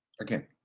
Again